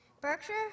Berkshire